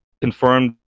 confirmed